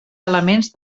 elements